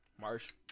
Marsh